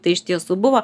tai iš tiesų buvo